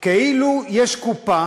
כאילו יש קופה